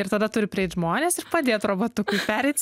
ir tada turi prieit žmonės ir padėt robotukui pereit